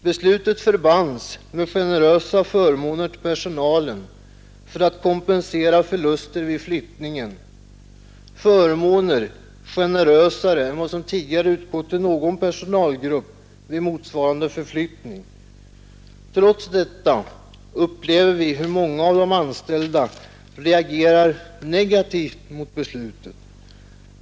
Beslutet förbands med generösa förmåner till personalen för att kompensera förluster vid flyttningen; förmåner generösare än vad som tidigare utgått till någon personalgrupp vid motsvarande förflyttning. Trots detta upplever vi hur många av de anställda reagerar negativt mot beslutet.